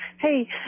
Hey